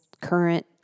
current